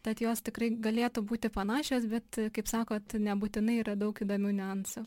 tad jos tikrai galėtų būti panašios bet kaip sakot nebūtinai yra daug įdomių niuansų